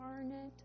incarnate